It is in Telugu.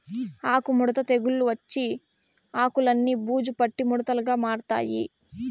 ఆకు ముడత తెగులు వచ్చి ఆకులన్ని బూజు పట్టి ముడతలుగా మారతాయి